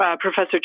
Professor